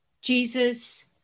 Jesus